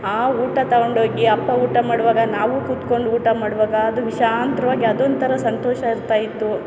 ಆ ಊಟ ತಗೊಂಡು ಹೋಗಿ ಅಪ್ಪ ಊಟ ಮಾಡುವಾಗ ನಾವೂ ಕೂತ್ಕೊಂಡು ಊಟ ಮಾಡುವಾಗ ಅದು ವಿಶಾಂತ್ರವಾಗಿ ಅದೊಂಥರ ಸಂತೋಷ ಇರ್ತಾಯಿತ್ತು